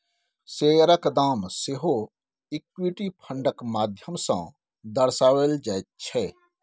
शेयरक दाम सेहो इक्विटी फंडक माध्यम सँ दर्शाओल जाइत छै